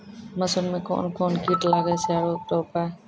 मसूर मे कोन कोन कीट लागेय छैय आरु उकरो उपाय?